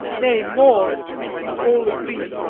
nay, more, if you all agree,